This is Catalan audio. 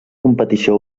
competició